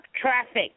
traffic